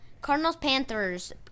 Cardinals-Panthers